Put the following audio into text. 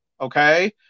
okay